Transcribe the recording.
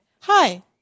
Hi